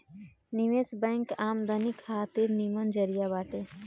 निवेश बैंक आमदनी खातिर निमन जरिया बाटे